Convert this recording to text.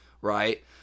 Right